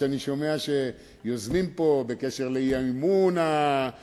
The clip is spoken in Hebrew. ובקשר למה שאני שומע שיוזמים פה לגבי האי-אמון הקונסטרוקטיבי